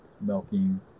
milking